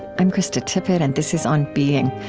i'm krista tippett and this is on being.